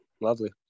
lovely